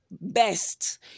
best